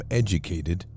educated